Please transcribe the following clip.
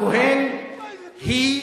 הכהן הוא